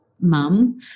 mum